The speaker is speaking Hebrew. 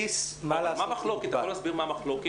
אתה יכול להסביר מה המחלוקת